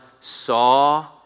saw